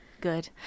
good